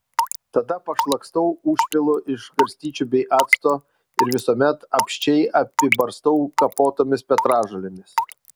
tada pašlakstau užpilu iš garstyčių bei acto ir visuomet apsčiai apibarstau kapotomis petražolėmis